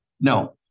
No